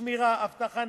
שמירה ואבטחה,